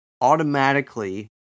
automatically